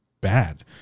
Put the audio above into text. bad